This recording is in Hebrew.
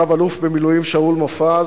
רב-אלוף במילואים שאול מופז,